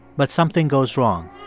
but something goes wrong